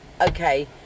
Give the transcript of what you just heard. okay